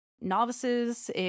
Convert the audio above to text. Novices